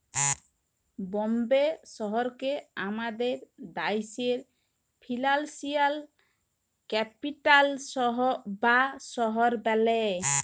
বম্বে শহরকে আমাদের দ্যাশের ফিল্যালসিয়াল ক্যাপিটাল বা শহর ব্যলে